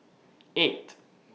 eight